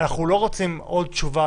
אנחנו לא רוצים עוד תשובה,